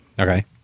Okay